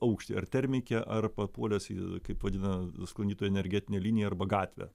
aukštį ar termike ar papuolęs į kaip vadina sklandytojai energetinę liniją arba gatvę